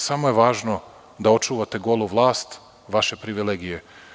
Samo je važno da očuvate golu vlast vaše privilegije.